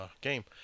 game